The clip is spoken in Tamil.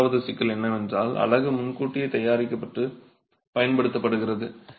இரண்டாவது சிக்கல் என்னவென்றால் அலகு முன்கூட்டியே தயாரிக்கப்பட்டு பயன்படுத்தப்படுகிறது